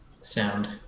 sound